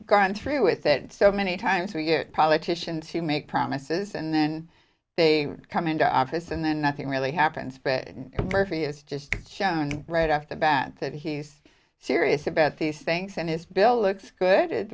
gone through with it so many times we get politicians who make promises and then they come into office and then nothing really happens bad and furphy is just shown right after bad that he's serious about these things and his bill looks good